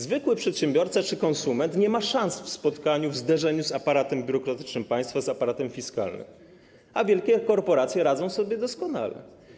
Zwykły przedsiębiorca czy konsument nie ma szans w zderzeniu z aparatem biurokratycznym państwa, z aparatem fiskalnym, a wielkie korporacje radzą sobie doskonale.